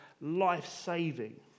life-saving